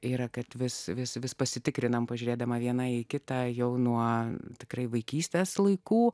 yra kad vis vis vis pasitikriname pažiūrėdama vienai kitai jau nuo tikrai vaikystės laikų